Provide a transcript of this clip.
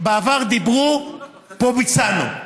בעבר דיברו, פה ביצענו.